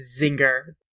zinger